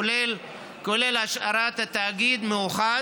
כולל השארת התאגיד מאוחד.